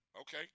Okay